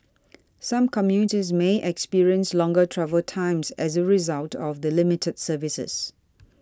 some commuters may experience longer travel times as a result of the limited services